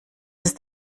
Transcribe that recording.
ist